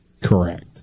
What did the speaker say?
correct